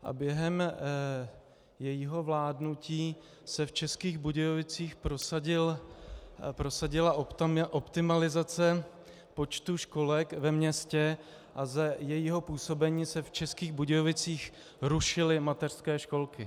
A během jejího vládnutí se v Českých Budějovicích prosadila optimalizace počtu školek ve městě a za jejího působení se v Českých Budějovicích rušily mateřské školky.